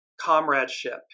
comradeship